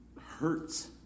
hurts